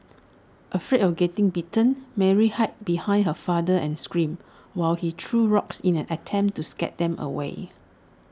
afraid of getting bitten Mary hide behind her father and screamed while he threw rocks in an attempt to scare them away